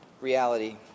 reality